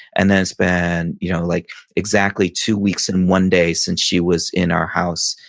and then it's been and you know like exactly two weeks and one day since she was in our house,